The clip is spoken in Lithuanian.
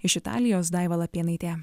iš italijos daiva lapėnaitė